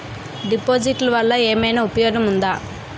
డిపాజిట్లు వల్ల ఏమైనా ఉపయోగం ఉందా?